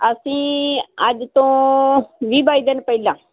ਅਸੀਂ ਅੱਜ ਤੋਂ ਵੀਹ ਬਾਈ ਦਿਨ ਪਹਿਲਾਂ